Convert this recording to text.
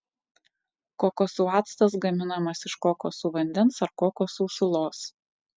kokosų actas gaminamas iš kokosų vandens ar kokosų sulos